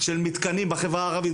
של מתקנים בחברה הערבית,